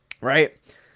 right